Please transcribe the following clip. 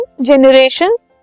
generations